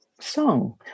song